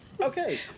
okay